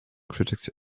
critics